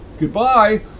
Goodbye